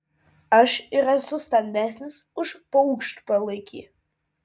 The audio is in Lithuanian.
aš ir esu stambesnis už paukštpalaikį